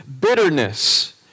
bitterness